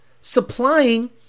supplying